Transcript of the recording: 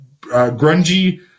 grungy